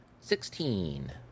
Sixteen